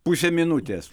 pusę minutės